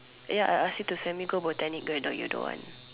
ya I ask you send me go Botanic garden you don't want